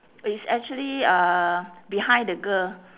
is actually uh behind the girl